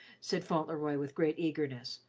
said fauntleroy, with great eagerness.